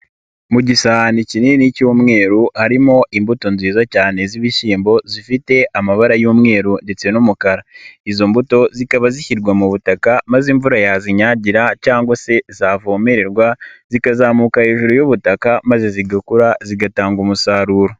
Mu gisahani kinini cy'umweru harimo imbuto nziza cyane z'ibishyimbo zifite amabara y'umweru ndetse n'umukara, izo mbuto zikaba zishyirwa mu butaka maze imvura yazinyagira cyangwa se zavomererwa zikazamuka hejuru y'ubutaka maze zigakura zigatanga umusaruro.